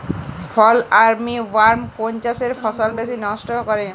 ফল armyworm কোন চাষের ফসল বেশি নষ্ট করে?